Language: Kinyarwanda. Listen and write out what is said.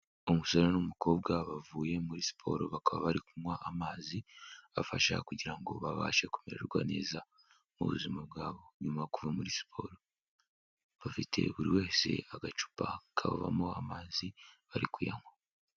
Umusore n'umukobwa bavuye muri siporo bakaba bari kunywaha amazi afasha kugira ngo babashe kumererwa neza mu buzima bwabo nyuma kuva muri siporo. Bafite buri wese agacupa kavamo amazi bari kuyanywa.